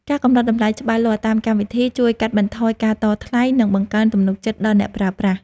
ការកំណត់តម្លៃច្បាស់លាស់តាមកម្មវិធី ជួយកាត់បន្ថយការតថ្លៃ និងបង្កើនទំនុកចិត្តដល់អ្នកប្រើប្រាស់។